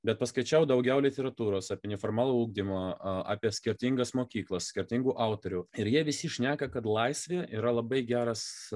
bet paskaičiau daugiau literatūros apie neformalų ugdymą apie skirtingas mokyklas skirtingų autorių ir jie visi šneka kad laisvė yra labai geras